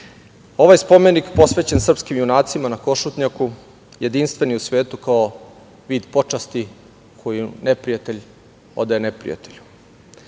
Ovaj spomenik posvećen srpskim junacima na Košutnjaku je jedinstven u svetu kao vid počasti koju neprijatelj odaje neprijatelju. Poštovani